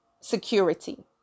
security